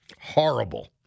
Horrible